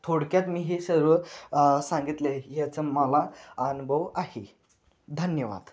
थोडक्यात मी हे सर्व सांगितले ह्याचा मला अनुभव आहे धन्यवाद